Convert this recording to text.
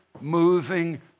moving